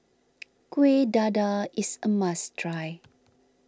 Kuih Dadar is a must try